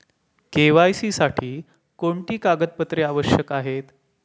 KYC साठी कोणती कागदपत्रे आवश्यक आहेत?